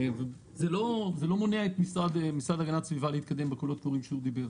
זה לא מונע מהמשרד להגנת הסביבה להתקדם בקולות קוראים שהוא דיבר.